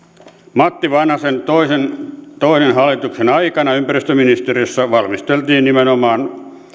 matti vanhasen toisen hallituksen aikana ympäristöministeriössä valmisteltiin nimenomaan